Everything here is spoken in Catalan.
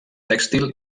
tèxtil